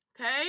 Okay